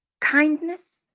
kindness